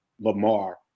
Lamar